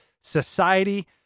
society